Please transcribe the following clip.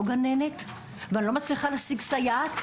לא עוד גננת ולא עוד סייעת,